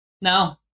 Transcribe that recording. no